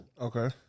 Okay